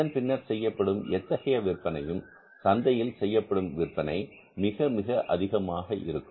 அதன் பின்னர் செய்யப்படும் எத்தகைய விற்பனையும் சந்தையில் செய்யப்படும் விற்பனை மிக மிக அதிகமாக இருக்கும்